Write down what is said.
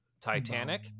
Titanic